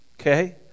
okay